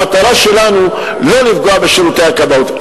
המטרה שלנו היא לא לפגוע בשירותי הכבאות.